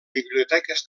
biblioteques